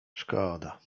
szkoda